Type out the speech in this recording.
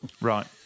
right